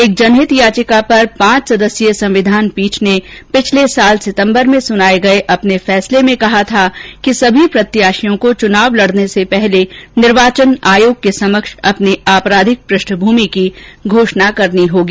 एक जनहित याचिका पर पांच सदस्यीय संविधान पीठ ने पिछले साल सितम्बर में सुनाये गये अपने फैसले में कहा था कि सभी प्रत्याशियों को चुनाव लड़ने से पहले निर्वाचन आयोग के समक्ष अपनी आपराधिक पृष्ठभूमि की घोषणा करनी होगी